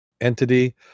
entity